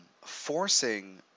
forcing